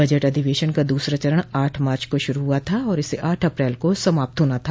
budget अधिवेशन का दूसरा चरण आठ मार्च को शुरू हुआ था और इसे आठ अप्रैल को समाप्त होना था